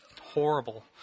horrible